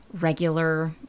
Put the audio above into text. regular